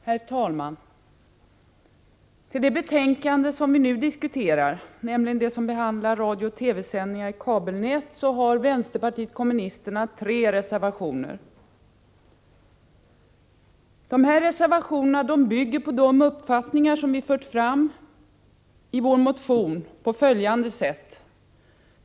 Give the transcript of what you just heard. Herr talman! Till det betänkande som vi nu diskuterar, som handlar om radiooch TV-sändningar i kabelnät, har vänsterpartiet kommunisterna fogat tre reservationer. De här reservationerna bygger på de uppfattningar som vi fört fram i en motion på följande sätt.